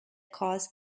caused